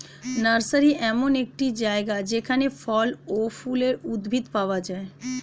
nursery এমন একটি জায়গা যেখানে ফল ও ফুলের উদ্ভিদ পাওয়া যায়